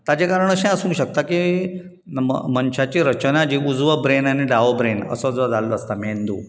ताचें कारण अशें आसूंक शकता की मनशाची रचना जी उजवो ब्रेन आनी दावो ब्रेन असो जो जाल्लो आसा मेंदू